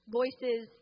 voices